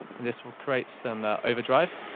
and this will create some overdrive.